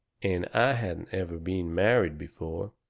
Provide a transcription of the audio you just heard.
and i hadn't ever been married before.